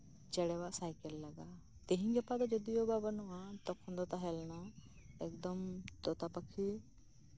ᱪᱮᱬᱮᱭᱟᱜ ᱥᱟᱭᱠᱮᱞ ᱞᱟᱜᱟ ᱛᱮᱦᱤᱧ ᱜᱟᱯᱟ ᱫᱚ ᱡᱚᱫᱤᱭᱳ ᱵᱟᱹᱱᱩᱜᱼᱟ ᱛᱚᱠᱷᱚᱱ ᱫᱚ ᱛᱟᱸᱦᱮ ᱠᱟᱱᱟ ᱮᱠᱫᱚᱢ ᱛᱳᱛᱟᱯᱟᱠᱷᱤ